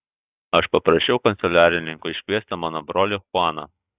aš paprašiau kanceliarininko iškviesti mano brolį chuaną